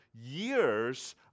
years